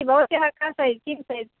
भवत्याः का सैज् किं सैज्